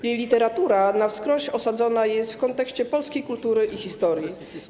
Jej literatura na wskroś osadzona jest w kontekście polskiej kultury i historii.